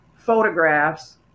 photographs